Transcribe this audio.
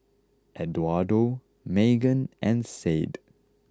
Eduardo Magen and Sade